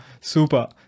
super